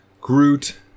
Groot